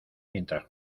mientras